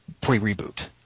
pre-reboot